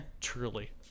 truly